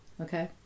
Okay